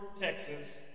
Texas